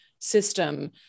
system